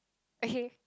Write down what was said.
okay